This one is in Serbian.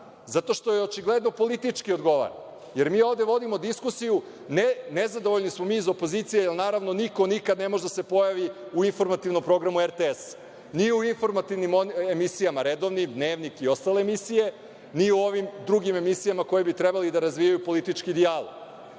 zato što joj očigledno politički odgovara. Jer, mi ovde vodimo diskusiju – nezadovoljni smo mi iz opozicije jer, naravno, niko nikad ne može da se pojavi u informativnom programu RTS-a, ni u redovnim informativnim emisijama, dnevnik i ostale emisije, ni u ovim drugim emisijama koje bi trebalo da razvijaju politički dijalog.